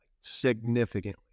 significantly